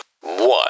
one